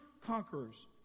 conquerors